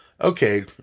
okay